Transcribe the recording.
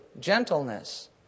gentleness